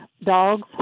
dogs